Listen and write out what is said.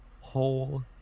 whole